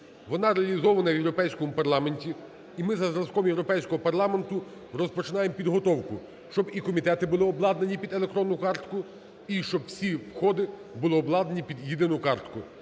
Вона реалізована в Європейському парламенті, і ми за зразком Європейського парламенту розпочинаємо підготовку, щоб і комітети були обладнані під електронну картку, і щоб всі входи були обладнані під єдину картку.